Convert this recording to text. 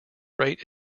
rate